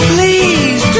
Please